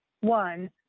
One